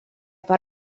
per